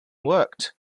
worked